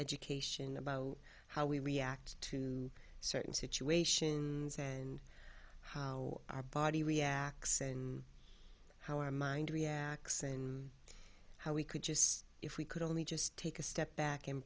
education about how we react to certain situations and how our body reacts and how our mind reacts and how we could just if we could only just take a step back and